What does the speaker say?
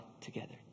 together